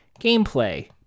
Gameplay